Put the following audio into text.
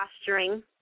posturing